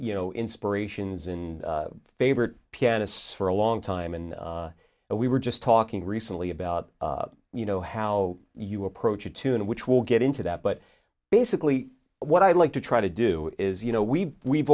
you know inspirations in favorite pianists for a long time and we were just talking recently about you know how you approach a tune which will get into that but basically what i like to try to do is you know we we've